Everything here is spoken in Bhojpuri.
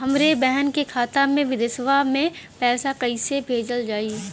हमरे बहन के खाता मे विदेशवा मे पैसा कई से भेजल जाई?